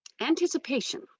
Anticipation